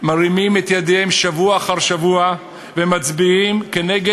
מרימים את ידיהם שבוע אחר שבוע ומצביעים נגד